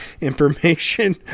information